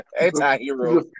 Anti-hero